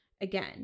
again